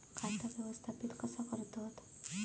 खाता व्यवस्थापित कसा करतत?